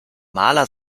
maler